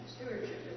stewardship